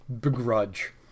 begrudge